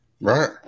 Right